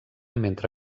mentre